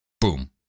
Boom